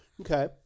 Okay